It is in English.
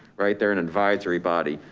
right? they're an advisory body.